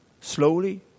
Slowly